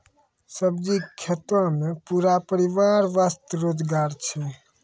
सब्जी के खेतों मॅ पूरा परिवार वास्तॅ रोजगार छै